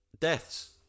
Deaths